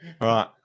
Right